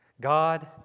God